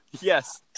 Yes